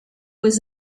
was